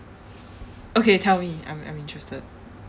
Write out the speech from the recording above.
okay tell me I'm I'm interested